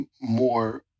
More